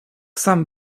sam